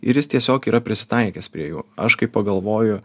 ir jis tiesiog yra prisitaikęs prie jų aš kai pagalvoju